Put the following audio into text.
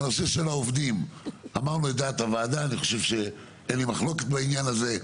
בנושא העובדים אמרנו את דעת הוועדה ואין מחלוקת בעניין הזה.